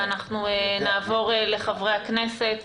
אנחנו נעבור לחברי הכנסת.